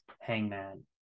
Hangman